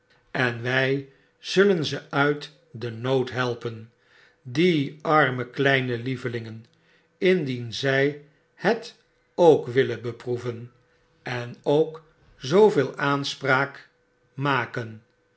en wy zullen ze uit den nood helpen die arme kleine lievelingen indien zy het ook willen beproeven en ook zooveel aanspraak maken